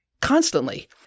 constantly